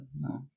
No